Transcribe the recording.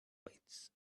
weights